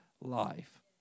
life